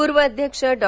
पूर्व अध्यक्ष डॉ